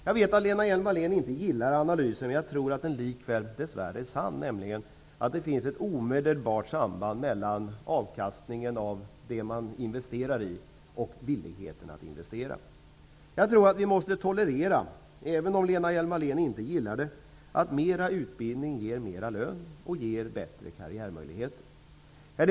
Jag vet att Lena Hjelm-Wallén inte gillar analysen, men likväl tror jag dess värre att den är sann, nämligen att det finns ett omedelbart samband mellan avkastningen av det man investerar i och villigheten i att investera. Även om Lena Hjelm Wallén inte gillar det tror jag att man måste tolerera att mera utbildning ger mera lön och bättre karriärmöjligheter.